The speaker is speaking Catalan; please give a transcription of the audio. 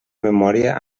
memòria